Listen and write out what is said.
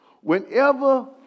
Whenever